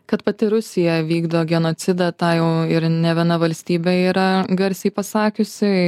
kad pati rusija vykdo genocidą tą jau ir ne viena valstybė yra garsiai pasakiusi